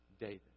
David